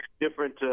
different